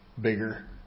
bigger